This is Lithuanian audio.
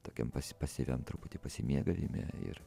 tokiam pas pasyviam truputį pasimėgavime ir